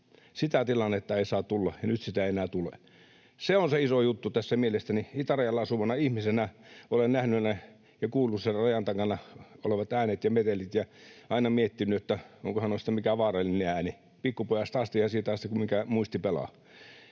Sitä tilannetta ei saa tulla, ja nyt sitä ei enää tule. Se on se iso juttu tässä mielestäni. Itärajalla asuvana ihmisenä olen nähnyt ja kuullut sen rajan takana olevat äänet ja metelit ja aina miettinyt, onkohan mikä noista vaarallinen ääni — pikkupojasta asti ja siitä asti, minkä muisti pelaa.